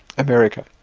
america.